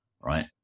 Right